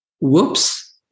Whoops